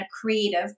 creative